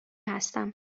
هستم